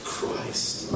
Christ